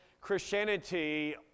Christianity